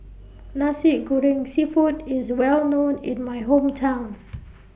Nasi Goreng Seafood IS Well known in My Hometown